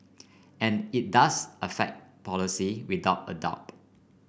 and it does affect policy without a doubt